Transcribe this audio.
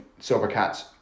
Silvercats